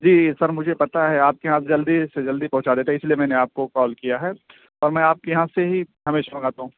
جی sir مجھے پتہ ہے آپ کے یہاں سے جلدی سے جلدی پہنچا دیتے ہیں اس لیے میں نے آپ کو کال کیا ہے اور میں آپ کے یہاں سے ہی ہمیشہ منگاتا ہوں